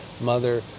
Mother